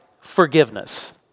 forgiveness